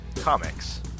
Comics